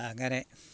അങ്ങനെ